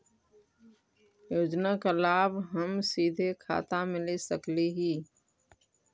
योजना का लाभ का हम सीधे खाता में ले सकली ही?